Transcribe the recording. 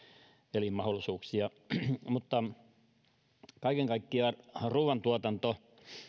elinmahdollisuuksia kaiken kaikkiaan ruuantuotanto